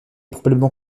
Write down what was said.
probablement